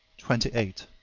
twenty eight.